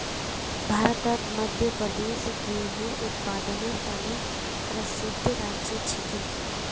भारतत मध्य प्रदेश गेहूंर उत्पादनेर त न प्रसिद्ध राज्य छिके